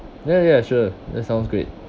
ya ya sure that sounds great